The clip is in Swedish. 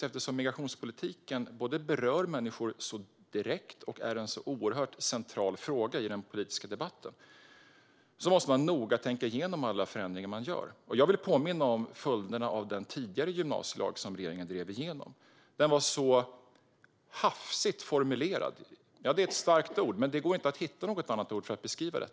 Eftersom migrationspolitiken både berör människor direkt och är en oerhört central fråga i den politiska debatten måste man noga tänka igenom alla förändringar man gör. Jag vill påminna om följderna av den tidigare gymnasielag som regeringen drev igenom. Den var hafsigt formulerad. Det är ett starkt ord, men det går inte att hitta något annat ord för att beskriva det.